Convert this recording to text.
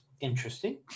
interesting